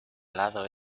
lado